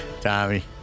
Tommy